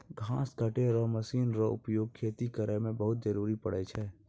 घास कटै रो मशीन रो उपयोग खेती करै मे बहुत जरुरी पड़ै छै